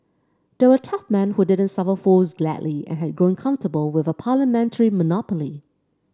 they were tough men who didn't suffer fools gladly and had grown comfortable with a parliamentary monopoly